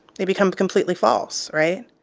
it becomes completely false, right?